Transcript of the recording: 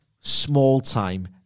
small-time